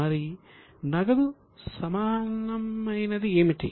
మరి నగదు సమానమైనది ఏమిటి